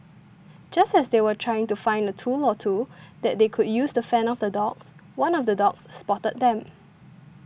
just as they were trying to find a tool or two that they could use to fend off the dogs one of the dogs spotted them